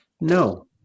No